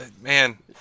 man